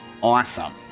awesome